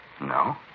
No